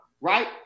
right